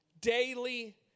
daily